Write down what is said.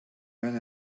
man